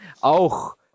auch